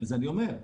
אז אני אומר,